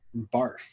Barf